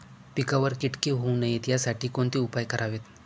पिकावर किटके होऊ नयेत यासाठी कोणते उपाय करावेत?